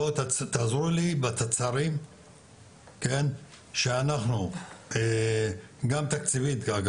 בואו תעזרו לי בתצ"רים שאנחנו גם תקציבית אגב,